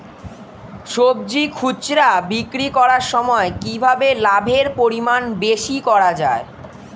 সবজি খুচরা বিক্রি করার সময় কিভাবে লাভের পরিমাণ বেশি করা যায়?